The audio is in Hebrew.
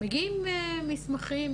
מגיעים מסמכים.